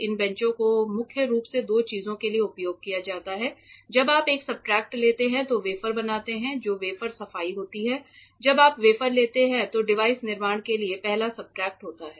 इन बेंचों को मुख्य रूप से दो चीजों के लिए उपयोग किया जाता है जब आप एक सब्सट्रेट लेते हैं जो वेफर बनाते हैं तो वेफर सफाई होती है जब आप वेफर लेते हैं जो डिवाइस निर्माण के लिए पहला सब्सट्रेट होता है